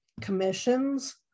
commissions